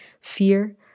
fear